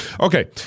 okay